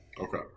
Okay